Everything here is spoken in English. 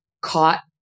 caught